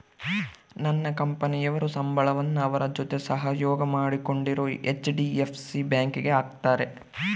ನನ್ನ ಕಂಪನಿಯವರು ಸಂಬಳವನ್ನ ಅವರ ಜೊತೆ ಸಹಯೋಗ ಮಾಡಿಕೊಂಡಿರೊ ಹೆಚ್.ಡಿ.ಎಫ್.ಸಿ ಬ್ಯಾಂಕಿಗೆ ಹಾಕ್ತಾರೆ